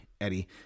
Eddie